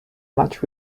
much